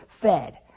fed